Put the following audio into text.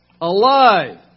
alive